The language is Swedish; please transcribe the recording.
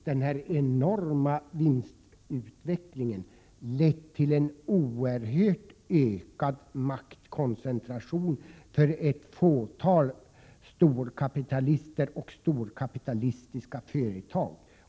Men den enorma vinstutvecklingen har lett till en oerhörd ökning av maktkoncentrationen till ett fåtal storkapitalister och storkapitalistiska företag.